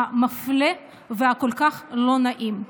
המפלה והכל-כך לא נעים.